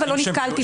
אבל לא נתקלתי בו.